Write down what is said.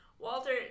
Walter